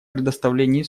предоставлении